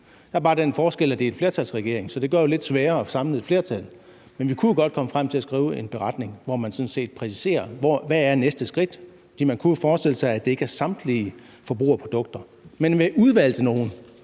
Der er bare den forskel, at det er en flertalsregering, så det gør det jo lidt sværere at samle et flertal. Men vi kunne godt komme frem til at skrive en beretning, hvor man sådan set præciserer, hvad næste skridt er. For man kunne forestille sig, at det ikke er samtlige forbrugerprodukter, men at vi udvalgte nogle,